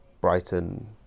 Brighton